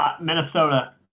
Minnesota